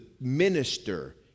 minister